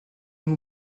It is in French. nous